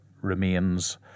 remains